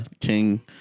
King